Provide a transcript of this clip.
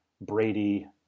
Brady